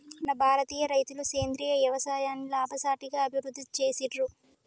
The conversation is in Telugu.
మన భారతీయ రైతులు సేంద్రీయ యవసాయాన్ని లాభసాటిగా అభివృద్ధి చేసిర్రు